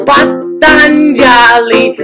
Patanjali